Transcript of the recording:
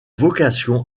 vocation